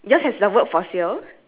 then the shop you have a shop